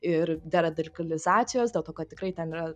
ir deradikalizacijos dėl to kad tikrai ten yra